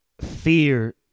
fear